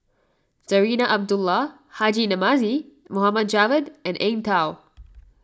Zarinah Abdullah Haji Namazie Mohd Javad and Eng Tow